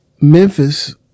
Memphis